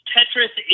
Tetris